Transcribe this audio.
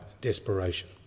desperation